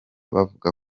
bavuga